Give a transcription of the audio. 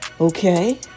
okay